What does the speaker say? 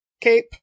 cape